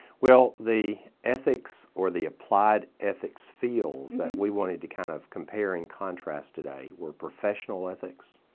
well, the ethics or the applied ethics field that we wanted to kind of compare and contrast today were professional ethics,